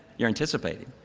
you're anticipating.